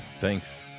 Thanks